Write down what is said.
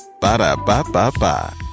Ba-da-ba-ba-ba